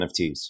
NFTs